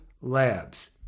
Labs